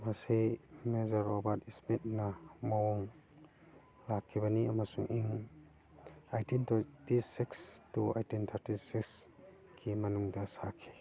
ꯃꯁꯤ major Robert ꯁ꯭ꯄꯤꯠꯅ ꯃꯑꯣꯡ ꯂꯥꯛꯈꯤꯕꯅꯤ ꯑꯃꯁꯨꯡ in eighteen twenty six to eighteen thirty ꯁꯤꯛꯁꯀꯤ ꯃꯅꯨꯡꯗ ꯁꯥꯈꯤ